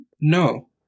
No